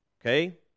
Okay